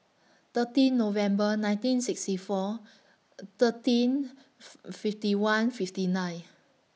thirteen November nineteen sixty four thirteen fifty one fifty nine